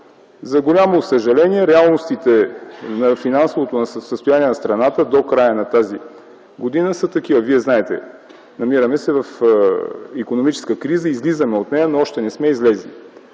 За голямо съжаление реалностите на финансовото състояние на страната до края на тази година са такива. Вие знаете – намираме се в икономическа криза, излизаме от нея, но още не сме излезли.